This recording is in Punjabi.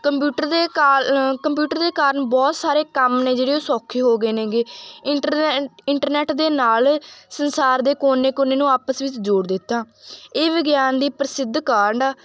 ਕੰਪਿਊਟਰ ਦੇ ਕਾਰ ਕੰਪਿਊਟਰ ਦੇ ਕਾਰਨ ਬਹੁਤ ਸਾਰੇ ਕੰਮ ਨੇ ਜਿਹੜੇ ਉਹ ਸੌਖੇ ਹੋ ਗਏ ਨੇਗੇ ਇੰਟਰਨੈ ਇੰਟਰਨੈਟ ਦੇ ਨਾਲ ਸੰਸਾਰ ਦੇ ਕੋਨੇ ਕੋਨੇ ਨੂੰ ਆਪਸ ਵਿੱਚ ਜੋੜ ਦਿੱਤਾ ਇਹ ਵਿਗਿਆਨ ਦੀ ਪ੍ਰਸਿੱਧ ਕਾਢ ਆ